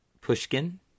Pushkin